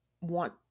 want